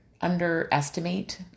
underestimate